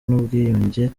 n’ubwiyunge